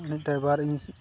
ᱢᱤᱫᱴᱟᱝ ᱟᱵᱟᱨ